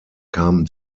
kamen